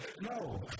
No